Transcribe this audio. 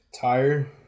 Tired